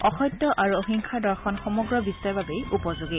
অসত্য আৰু অহিংসাৰ দৰ্শন সমগ্ৰ বিশ্বৰ বাবেই উপযোগী